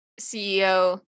CEO